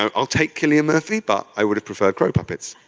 um i'll take cillian murphy, but i would have preferred crow puppets.